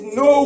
no